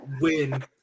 win